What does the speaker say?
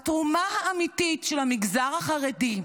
התרומה האמיתית של המגזר החרדי,